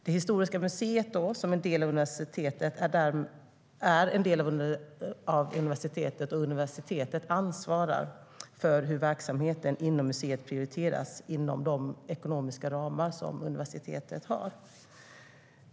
Det historiska museet är en del av universitetet, och universitetet ansvarar för hur verksamheten inom museet prioriteras inom de ekonomiska ramar som universitetet har.